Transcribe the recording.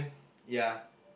ya